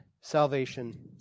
salvation